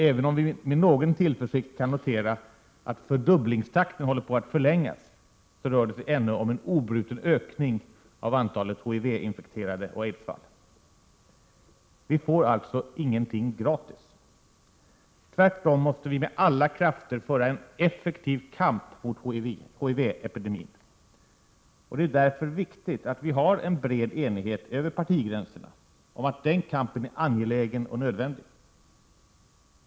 Även om vi med någon tillförsikt kan notera att fördubblingstakten håller på att förlängas, rör det sig ännu om en obruten ökning av antalet HIV-infekterade och antalet aidsfall. Vi får alltså ingenting gratis. Tvärtom måste vi med alla krafter föra en effektiv kamp mot HIV-epidemin, och det är därför viktigt att vi har en bred enighet över partigränserna om att den kampen är angelägen och nödvändig.